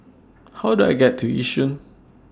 How Do I get to Yishun